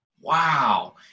Wow